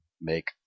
make